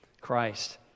Christ